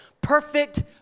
perfect